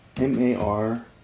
M-A-R